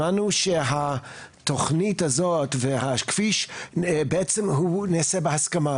שמענו שהתכנית הזאת והכביש בעצם הוא נעשה בהסכמה.